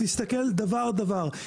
תסתכל דבר-דבר.